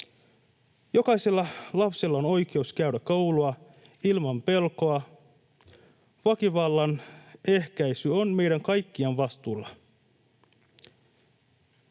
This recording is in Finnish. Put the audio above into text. Jokaisella lapsella on oikeus käydä koulua ilman pelkoa. Väkivallan ehkäisy on meidän kaikkien vastuulla.